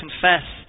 confess